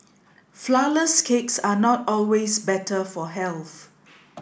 flourless cakes are not always better for health